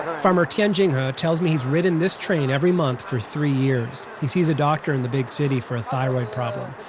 farmer tian jinghe ah tells me he's ridden this train every month for three years. he sees a doctor in the big city for a thyroid problem.